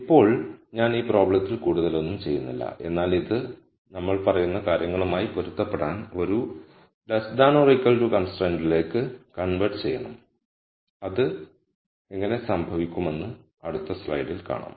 ഇപ്പോൾ ഞാൻ ഈ പ്രോബ്ലത്തിൽ കൂടുതലൊന്നും ചെയ്യുന്നില്ല എന്നാൽ ഇത് നമ്മൾ പറയുന്ന കാര്യങ്ങളുമായി പൊരുത്തപ്പെടാൻ ഒരു കൺസ്ട്രൈന്റിലേക്ക് കൺവെർട്ട് ചെയ്യണം അത് എങ്ങനെ സംഭവിക്കുമെന്ന് അടുത്ത സ്ലൈഡിൽ കാണാം